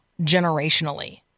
generationally